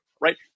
Right